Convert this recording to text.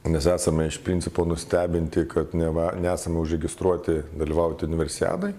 nes esame iš principo nustebinti kad neva nesame užregistruoti dalyvauti universiadoj